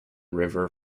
river